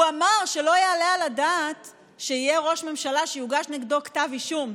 הוא אמר שלא יעלה על הדעת שיהיה ראש ממשלה שיוגש נגדו כתב אישום.